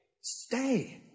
Stay